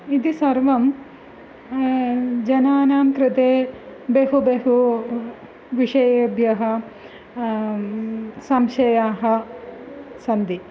इति सर्वं जनानां कृते बहु बहु विषयेभ्यः संशयाः सन्ति